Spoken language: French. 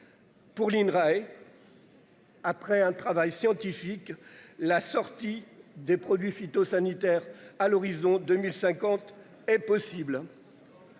Pour les rails. Après un travail scientifique, la sortie des produits phytosanitaires à l'horizon 2050 est possible.